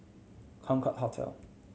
Concorde Hotel